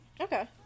Okay